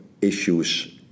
issues